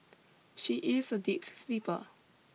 she is a deep sleeper